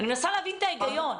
אני מנסה להבין את ההיגיון.